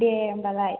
दे होमबालाय